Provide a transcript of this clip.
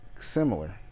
similar